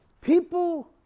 people